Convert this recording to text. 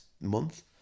month